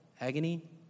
Agony